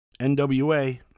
NWA